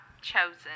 chosen